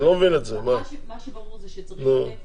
מה שברור זה שצריך לתת